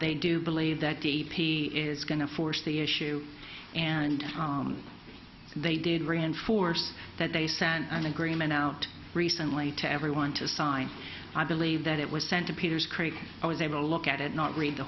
they do believe that the e p a is going to force the issue and they did reinforce that they sent an agreement out recently to everyone to sign i believe that it was sent to peter's creek i was able to look at it not read the